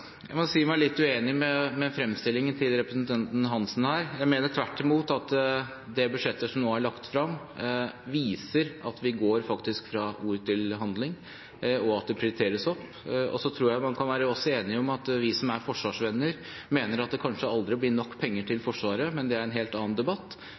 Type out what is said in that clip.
Jeg må si meg litt uenig i fremstillingen til representanten Hansen her. Jeg mener tvert imot at det budsjettet som nå er lagt frem, viser at vi faktisk går fra ord til handling, og at dette prioriteres opp. Så tror jeg også man kan være enige om, vi som er forsvarsvenner, at det kanskje aldri blir nok penger til